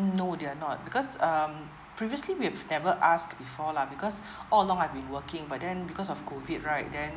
um no they're not because um previously we've never ask before lah because all along I've been working but then because of COVID right then